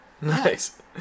Nice